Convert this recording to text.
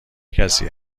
کسی